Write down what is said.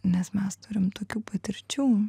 nes mes turim tokių patirčių